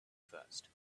first